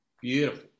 Beautiful